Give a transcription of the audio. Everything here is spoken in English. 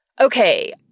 Okay